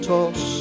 Toss